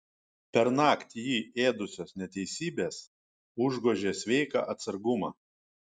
pernakt jį ėdusios neteisybės užgožė sveiką atsargumą